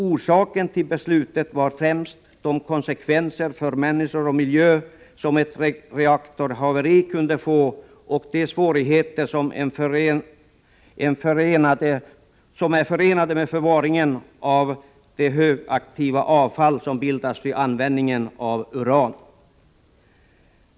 Orsaken till beslutet var främst de konsekvenser för människor och miljö som ett reaktorhaveri kunde få och de svårigheter som är förenade med förvaringen av det högaktiva avfall som bildas vid användningen av uran.